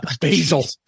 Basil